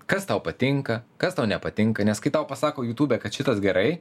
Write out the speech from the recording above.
kas tau patinka kas tau nepatinka nes kai tau pasako jutube kad šitas gerai